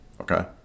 Okay